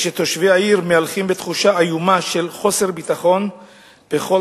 ותושבי העיר מהלכים בתחושה איומה של חוסר ביטחון בכל